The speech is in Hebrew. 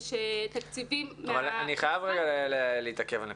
אני חייב להתעכב על הנקודה.